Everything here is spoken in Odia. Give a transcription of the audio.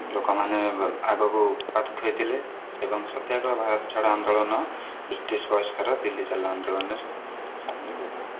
ଲୋକମାନେ ଆଗକୁ ହୋଇଥିଲେ ଏବଂ ସତ୍ୟାଗ୍ରହ ଭାରତ ଛାଡ଼ ଆନ୍ଦୋଳନ ବ୍ରିଟିଶ ବହିଷ୍କାର ଦିଲ୍ଲୀ ଚାଲ ଆନ୍ଦୋଳନରେ ସାମିଲ ହୋଇଥିଲେ